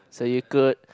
so you could